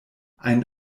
ein